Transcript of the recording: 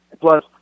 Plus